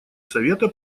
совета